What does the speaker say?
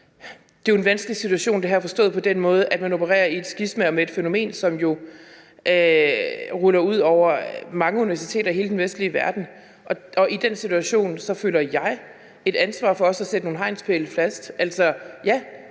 Det her er en vanskelig situation forstået på den måde, at man opererer i et skisma og med et fænomen, som jo ruller ud over mange universiteter i hele den vestlige verden. I den situation føler jeg et ansvar for også at sætte nogle hegnspæle fast.